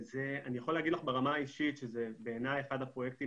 אני יכול להגיד לך ברמה האישית שבעיניי זה אחד הפרויקטים